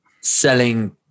selling